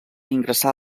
ingressar